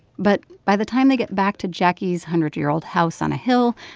but by the time they get back to jacquie's hundred-year-old house on a hill,